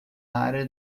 área